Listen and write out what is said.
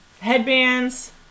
Headbands